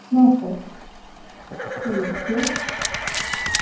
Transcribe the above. پامپُر ٹھیٖک بیٚیہِ